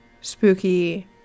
spooky